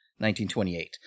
1928